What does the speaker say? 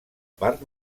part